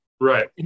Right